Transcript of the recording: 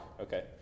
Okay